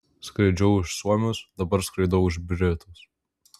skraidžiau už suomius dabar skraidau už britus